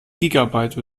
gigabyte